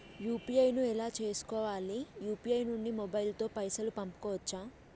UPI ను ఎలా చేస్కోవాలి యూ.పీ.ఐ నుండి మొబైల్ తో పైసల్ పంపుకోవచ్చా?